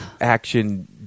action-